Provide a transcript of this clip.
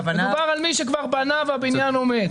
מדובר על מי שכבר בנה והבניין עומד.